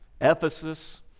Ephesus